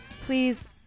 please